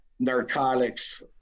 Narcotics